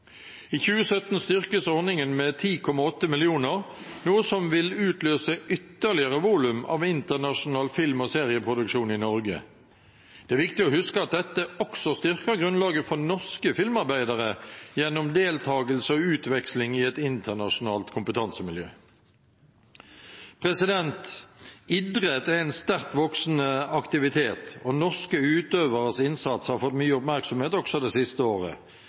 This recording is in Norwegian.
I 2017 styrkes ordningen med 10,8 mill. kr, noe som vil utløse ytterligere volum av internasjonal film- og serieproduksjon i Norge. Det er viktig å huske at dette også styrker grunnlaget for norske filmarbeidere gjennom deltakelse og utveksling i et internasjonalt kompetansemiljø. Idrett er en sterkt voksende aktivitet, og norske utøveres innsats har fått mye oppmerksomhet også det siste året.